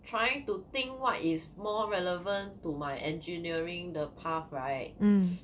trying to think what is more relevant to my engineering 的 path right